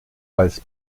als